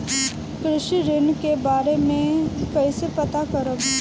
कृषि ऋण के बारे मे कइसे पता करब?